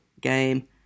game